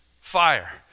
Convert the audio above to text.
fire